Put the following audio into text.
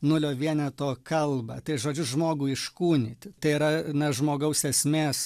nulio vieneto kalbą tai žodžiu žmogų iškūnyti tai yra na žmogaus esmės